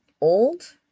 Old